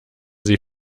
sie